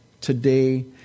today